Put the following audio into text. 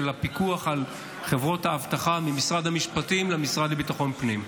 הפיקוח על חברות האבטחה ממשרד המשפטים למשרד לביטחון הפנים.